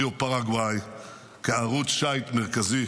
ריו פרגוואי ערוץ שיט מרכזי,